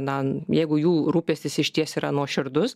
na jeigu jų rūpestis išties yra nuoširdus